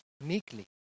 meekly